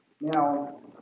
Now